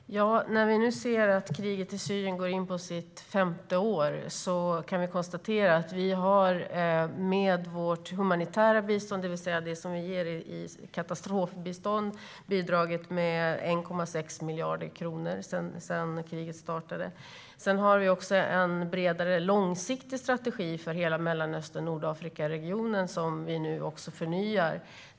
Herr talman! När vi nu ser att kriget i Syrien går in på sitt femte år kan vi konstatera att vi med vårt humanitära bistånd, det vill säga det som vi ger i katastrofbistånd, har bidragit med 1,6 miljarder kronor sedan kriget började. Vi har också en bredare långsiktig strategi för hela Mellanöstern och Nordafrikaregionen som vi nu förnyar.